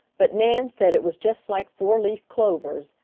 but nan said it was just like four-leaf clovers,